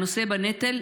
הנושא בנטל,